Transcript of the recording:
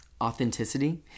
authenticity